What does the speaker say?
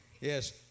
yes